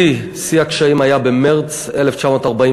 השיא, שיא הקשיים, היה במרס 1948,